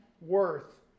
worth